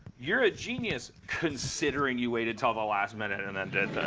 you're a genius, considering you waited till the last minute and then did this.